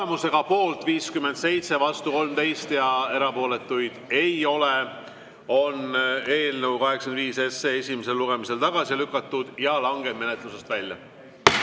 Tulemusega poolt 57, vastu 13 ja erapooletuid ei ole, on eelnõu 85 esimesel lugemisel tagasi lükatud ja langeb menetlusest välja.